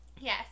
Yes